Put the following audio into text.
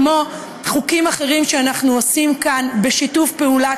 כמו חוקים אחרים שאנחנו עושים כאן בשיתוף פעולה,